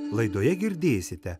laidoje girdėsite